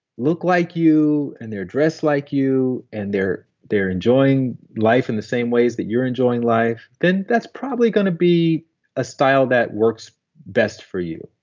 look like you and they're dressed like you and they're they're enjoying life in the same ways that you're enjoying life, then that's probably going to be a style that works best for you.